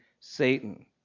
Satan